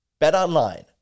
BetOnline